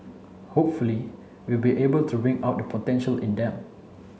hopefully we will be able to bring out the potential in them